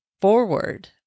forward